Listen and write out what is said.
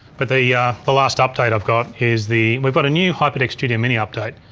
but the yeah the last update i've got is the, we've got a new hyperdeck studio mini update.